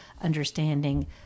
understanding